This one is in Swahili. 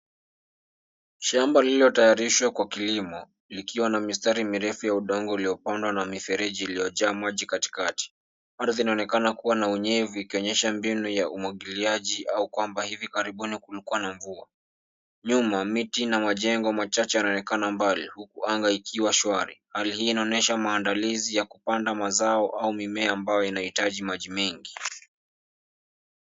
Shamba lililotayarishwa kwa kilimo. Likiwa na mistari mirefu ya udongo uliopandwa na mifereji iliyojaa maji katikati. Linaonekana kuwa na unyevu ukionyesha mbinu ya umwagiliaji au kwamba hivi karibuni kulikuwa na mvua. Nyuma miti na majengo machache yanaonekana mbali, huku anga ikiwa shwari hali hii inaonyesha maandalizi ya kupanda mazao au mimea ambayo inahitaji maji mengi.